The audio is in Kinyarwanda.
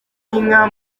inka